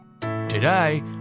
Today